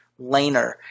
laner